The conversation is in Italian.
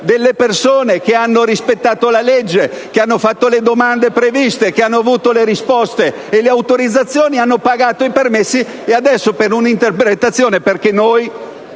punire persone che hanno rispettato la legge, che hanno fatto le domande previste, che hanno avuto le risposte e le autorizzazioni e che hanno pagato i permessi. Adesso, per una interpretazione confusa